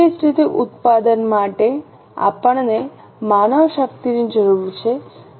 તે જ રીતે ઉત્પાદન માટે આપણને માનવશક્તિની જરૂર છે